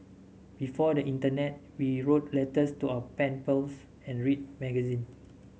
before the internet we wrote letters to our pen pals and read magazines